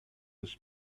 his